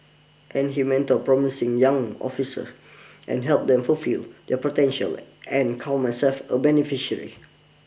and he mentored promising young officers and helped them fulfil their potential I and count myself a beneficiary